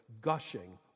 gushing